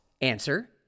Answer